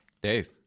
Dave